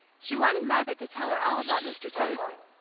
she wanted margaret to tell her all about mr. tenison.